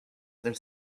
other